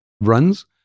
runs